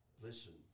listen